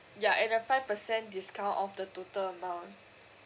ya and a five percent discount off the total amount